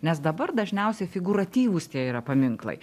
nes dabar dažniausiai figūratyvūs tie yra paminklai